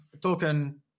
token